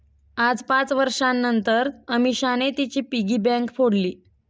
आज पाच वर्षांनतर अमीषाने तिची पिगी बँक फोडली